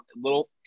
little